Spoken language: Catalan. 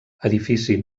edifici